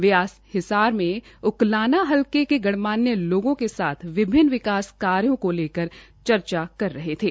वे आज हिसार में उकलाना हलके से गणमान्य लोगों के साथ विभिन्न विकास कार्यो को लेकर चर्चा कर रहे थे